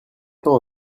temps